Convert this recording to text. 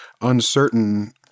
uncertain